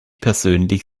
persönlich